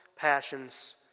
passions